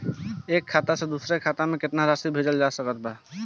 एक खाता से दूसर खाता में केतना राशि भेजल जा सके ला?